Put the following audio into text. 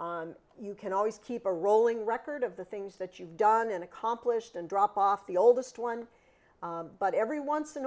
on you can always keep a rolling record of the things that you've done and accomplished and drop off the oldest one but every once in